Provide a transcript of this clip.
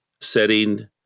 setting